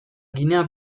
ginea